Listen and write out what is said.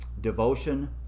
devotion